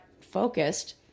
focused